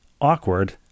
awkward